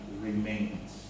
remains